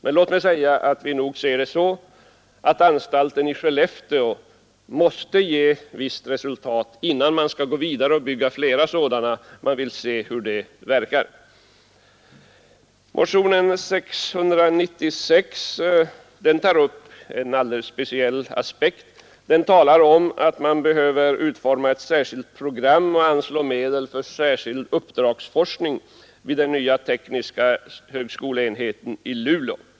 Men låt mig säga att vi ser det så att anstalten i Skellefteå måste ge visst resultat innan man skall gå vidare och bygga flera sådana — man vill se hur det verkar Motionen 696 tar upp en alldeles speciell aspekt — den talar om att man behöver utforma ett särskilt program och anslå medel för särskilt uppdragsforskning vid den nya tekniska högskoleenheten i Luleå.